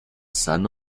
sun